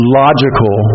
logical